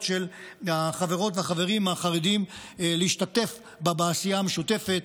של החברות והחברים החרדים להשתתף בעשייה המשותפת.